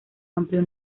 amplio